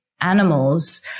animals